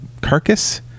carcass